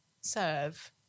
serve